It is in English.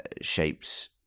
shapes